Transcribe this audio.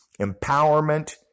empowerment